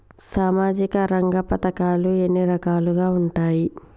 సామాజిక రంగ పథకాలు ఎన్ని రకాలుగా ఉంటాయి?